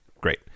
great